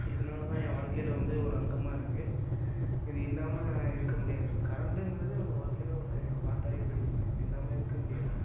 இதனால் தான் ஏன் வாழ்க்கையில் வந்து ஒரு அங்கமாக இருக்கு இது இல்லாமல் இருக்க முடியாது கரண்ட்டுங்கிறது நம்ம வாழ்க்கையில் ஒரு பார்ட்டாகவே போய்டுச்சி அது இல்லாமல் இருக்க முடியாது